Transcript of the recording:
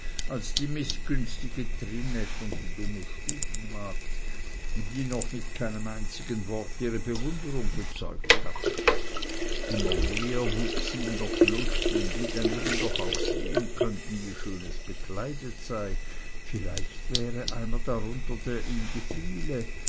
als die mißgünstige trinette und die dumme stubenmagd die noch mit keinem einzigen wort ihre bewunderung bezeugt hatte immer mehr wuchs ihm der glust wenn die daneben doch auch sehen könnten wie schön es bkleidet sei vielleicht wäre einer darunter der ihm gefiele